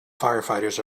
firefighters